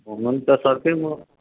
हुन्छ सर फेरि म